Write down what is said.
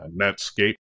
Netscape